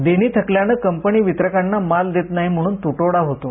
देणी थकल्यानं कंपनी वितरकांना माल देत नाही म्हणून तुटवडा होतो